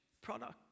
product